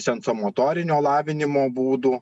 sensomotorinio lavinimo būdų